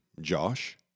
Josh